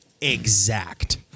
exact